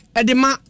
edema